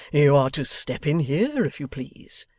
you are to step in here, if you please.